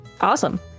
Awesome